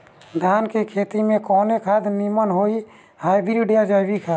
धान के खेती में कवन खाद नीमन होई हाइब्रिड या जैविक खाद?